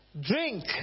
Drink